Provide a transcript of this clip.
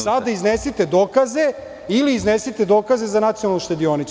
Sada iznesite dokaze, ili iznesite dokaze za Nacionalnu štedionicu.